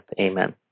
Amen